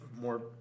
more